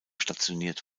stationiert